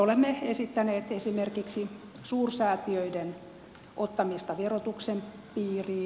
olemme esittäneet esimerkiksi suursäätiöiden ottamista verotuksen piiriin